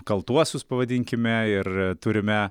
kaltuosius pavadinkime ir turime